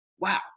wow